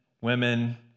women